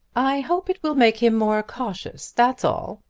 i hope it will make him more cautious that's all,